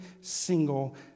single